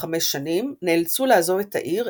חמש שנים נאלצו לעזוב את העיר,